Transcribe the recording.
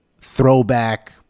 throwback